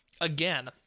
again